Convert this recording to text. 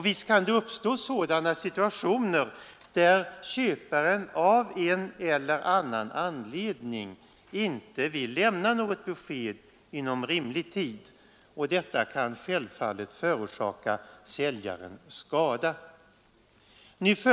Visst kan det uppstå sådana situationer där köparen av en eller annan anledning inte vill lämna något besked inom rimlig tid, och detta kan självfallet förorsaka säljaren skada.